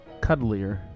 cuddlier